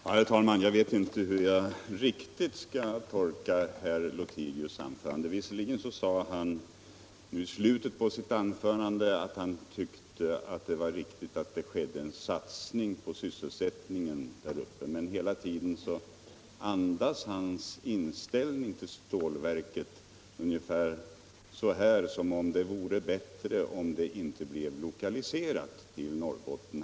Herr talman! Jag vet inte riktigt hur jag skall tolka herr Lothigius anförande. Visserligen sade han mot slutet att han tyckte att det var riktigt att det skedde en satsning för sysselsättningen där uppe, men hela tiden andades hans inställning till stålverket något av att det vore bättre om det inte blev lokaliserat till Norrbotten.